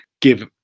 give